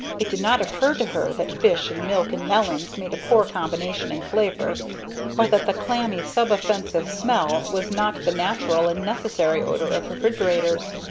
it did not occur to her that fish and milk and melons made a poor combination in flavor or that the clammy, sub-offensive smell was not the natural and necessary odor of refrigerators.